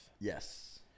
Yes